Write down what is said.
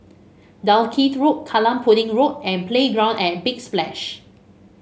Dalkeith Road Kallang Pudding Road and Playground at Big Splash